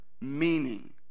meaning